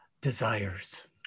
desires